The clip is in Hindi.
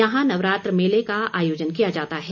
यहां नवरात्र मेले का आयोजन किया जाता है